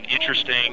interesting